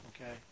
Okay